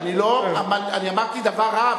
אני אמרתי דבר רע?